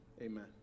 amen